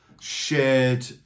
shared